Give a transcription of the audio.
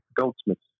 Goldsmiths